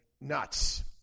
nuts